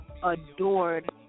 Adored